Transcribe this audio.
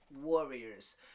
warriors